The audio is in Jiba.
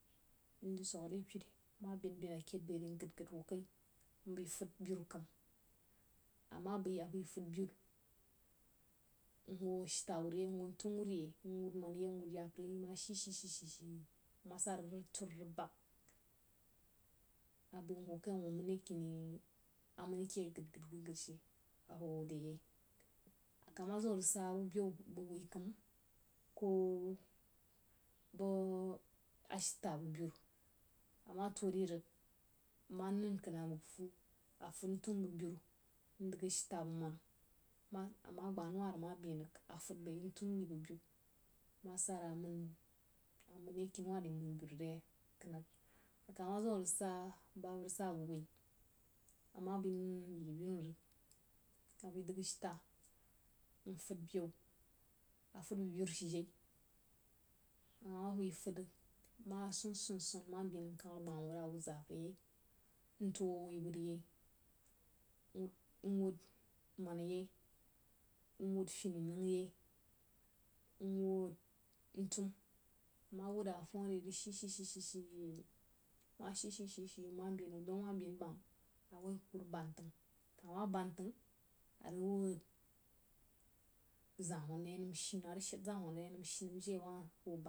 Mzəg swəg re peri ma beīn-beīn a keid bai ri mgəd-gəd huo kai mbai fəd berú kam, amah bai fəd beru mhwo ashita wud yei mhwo ntum wud yei mwuh manna yei mwud zapər yei ma shi-shí shi ma sá rig, rig turu, rig bag, a bai hwo kai mbuo mən re kini amanni keh a gəd-gəd she a hwo wud re yei a kah ma zīm a rig sa bəg beyu bəg wui kəm, koh, bəg ashita, bəg beru amah tuo de rig nma nən kən rig a fəd ntum bəg beru, ndəg ashita bəg mannah a mah gbah nau wah rig ma beīn rig a fəd ntum bəg beru ma sa rig a mən re kini wah ri kən rig a mah zīm a rig sah` bəg wui, amah bai na̱n yiri-bínu rig a kah bai dəg ashita mfəd beyu afəd bəg beru shi-jei amah bai fəd rig ma swən-swən swən ma beīn rig mkəng abgawuh rig awud zapər yei mtuo huo wui wud yei mwud rig a gam awah shi-shi-shi ma shi-shi-shi nma beīn rig dong ma beīn bam rig band təng, kah ma band təng a ríg wud zarhwanna re yei. Nəm shi nəm, a rig shed zá-hwang re yeí.